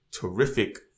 terrific